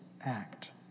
act